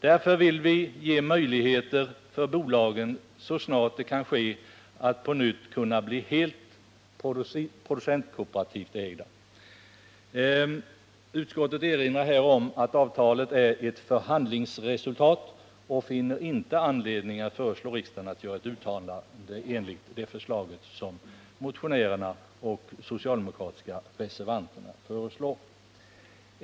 Därför vill vi ge bolagen möjligheter att, så snart detta kan ske, på nytt bli helt producentkooperativt ägda. Utskottet erinrar här om att avtalet är ett förhandlingsresultat och finner inte anledning att föreslå riksdagen att göra ett uttalande enligt motionärernas och de socialdemokratiska reservanternas förslag.